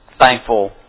thankful